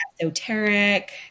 esoteric